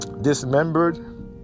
dismembered